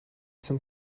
zum